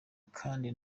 kandi